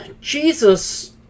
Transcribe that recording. Jesus